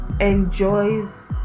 enjoys